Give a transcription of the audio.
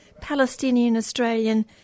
Palestinian-Australian